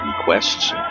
requests